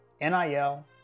nil